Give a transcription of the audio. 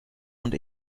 und